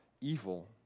evil